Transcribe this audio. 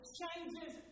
changes